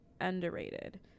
underrated